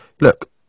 look